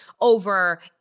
over